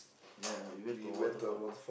ya we went to a waterfall